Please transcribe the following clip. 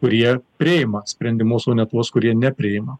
kurie priima sprendimus o ne tuos kurie nepriima